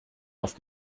auf